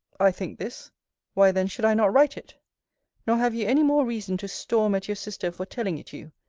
i think this why then should i not write it nor have you any more reason to storm at your sister for telling it you,